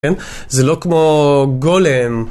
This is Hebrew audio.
זה לא כמו גולם.